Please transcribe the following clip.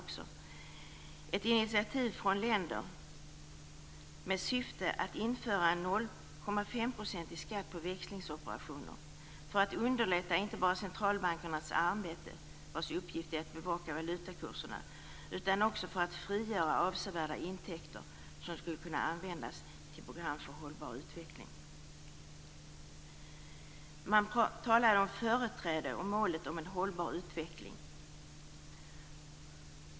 Det är ett initiativ från länder med syfte att införa en 0,5-procentig skatt på växlingsoperationer inte bara för att underlätta centralbankernas arbete, vilkas uppgifter är att bevaka valutakurserna, utan också för att frigöra avsevärda intäkter som skulle kunna användas till program för hållbar utveckling. Man talar om företräde och om målet om en hållbar utveckling.